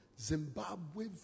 Zimbabwe